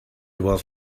was